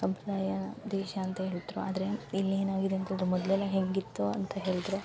ಸಂಪ್ರದಾಯ ದೇಶ ಅಂತ ಹೇಳ್ತ್ರು ಆದರೆ ಇಲ್ಲಿ ನಾವಿರುವಂಥದ್ದು ಮೊದ್ಲೆಲೆಲ್ಲ ಹೇಗಿತ್ತು ಅಂತ ಹೇಳ್ದ್ರೆ